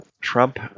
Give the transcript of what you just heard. Trump